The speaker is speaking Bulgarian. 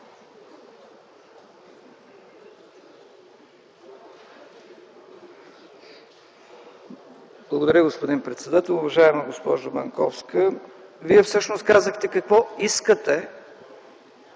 Благодаря, господин председател. Уважаема госпожо Банковска, Вие всъщност казахте какво искате